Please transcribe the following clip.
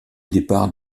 départ